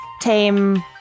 tame